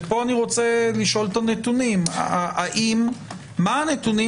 ופה אני רוצה לשאול את הנתונים: מה הנתונים